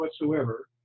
whatsoever